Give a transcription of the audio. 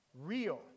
Real